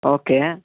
okay